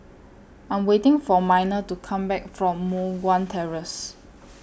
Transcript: I'm waiting For Miner to Come Back from Moh Guan Terrace